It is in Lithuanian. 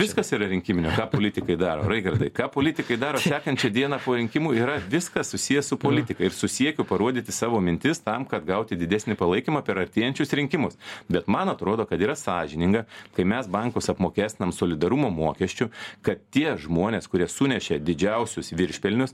viskas yra rinkiminio ką politikai daro raigardai ką politikai daro sekančią dieną po rinkimų yra viskas susiję su politika ir su siekiu parodyti savo mintis tam kad gauti didesnį palaikymą per artėjančius rinkimus bet man atrodo kad yra sąžininga kai mes bankus apmokestinam solidarumo mokesčiu kad tie žmonės kurie sunešė didžiausius viršpelnius